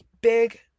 big